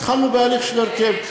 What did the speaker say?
התחלנו בהליך של הרכב.